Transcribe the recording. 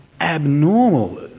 abnormal